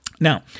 Now